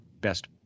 best